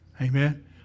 Amen